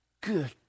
Good